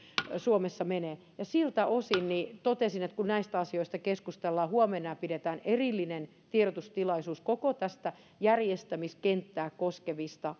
suomessa menee siltä osin totesin että kun näistä asioista keskustellaan huomenna ja pidetään erillinen tiedotustilaisuus koko järjestämiskenttää koskevista